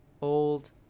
old